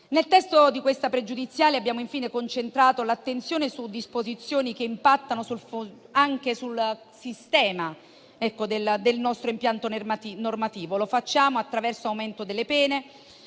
Nel testo della questione pregiudiziale abbiamo infine concentrato l'attenzione su disposizioni che impattano anche sul sistema del nostro impianto normativo: lo facciamo in relazione all'aumento delle pene